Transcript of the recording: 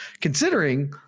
considering